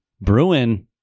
Bruin